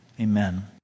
amen